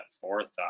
forethought